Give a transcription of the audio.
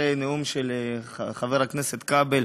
אחרי הנאום של חבר הכנסת כבל,